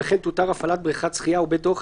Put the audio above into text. וכן תותר הפעלת בריכת שחייה ובית אוכל